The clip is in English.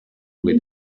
with